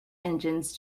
engines